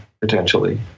potentially